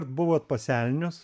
buvot pas elnius